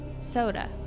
Soda